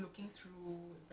(uh huh)